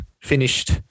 finished